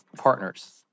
Partners